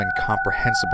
incomprehensible